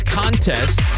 contest